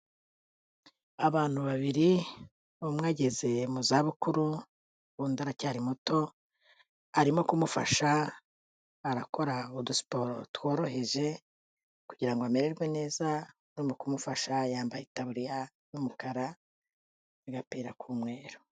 Abantu babiri, umwe ageze mu zabukuru, undi aracyari muto, arimo kumufasha, arakora udusiporo tworoheje, kugira ngo amererwe neza, urimo kumufasha yambaye itabuririya y'umukara n'agapira k'umweru.